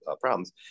problems